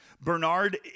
Bernard